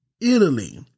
Italy